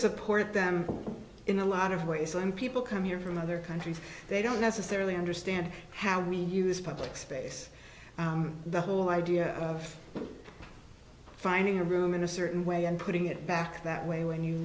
support them in a lot of ways i mean people come here from other countries they don't necessarily understand how we use public space the whole idea of finding a room in a certain way and putting it back that way when you